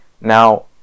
Now